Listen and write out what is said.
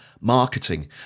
marketing